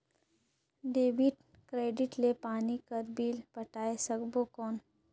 Debit card ले पानी कर बिल पटाय सकबो कौन?